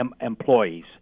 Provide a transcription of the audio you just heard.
employees